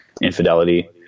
infidelity